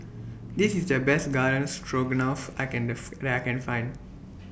This IS The Best Garden Stroganoff I Can that I Can Find